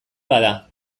bada